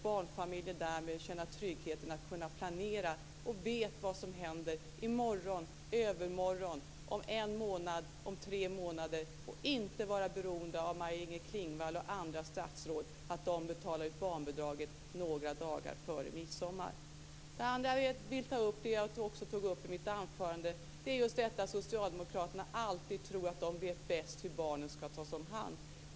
Barnfamiljer kan därmed känna tryggheten att kunna planera, och människor vet vad som händer i morgon, i övermorgon, om en månad och om tre månader och är inte beroende av att Maj-Inger Klingvall och andra statsråd betalar ut barnbidraget några dagar före midsommar. Det andra jag vill ta upp och som jag också tog upp i mitt anförande är att socialdemokraterna tror att de alltid vet bäst hur barnen skall tas omhand.